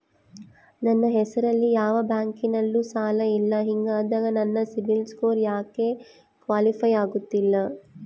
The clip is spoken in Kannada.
ನನ್ನ ಹೆಸರಲ್ಲಿ ಯಾವ ಬ್ಯಾಂಕಿನಲ್ಲೂ ಸಾಲ ಇಲ್ಲ ಹಿಂಗಿದ್ದಾಗ ನನ್ನ ಸಿಬಿಲ್ ಸ್ಕೋರ್ ಯಾಕೆ ಕ್ವಾಲಿಫೈ ಆಗುತ್ತಿಲ್ಲ?